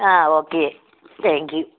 ആ okay thank you